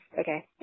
okay